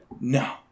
No